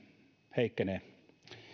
heikkenee